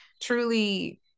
truly